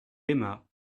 aima